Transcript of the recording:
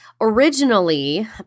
Originally